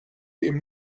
eben